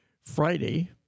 Friday